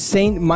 Saint